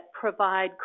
provide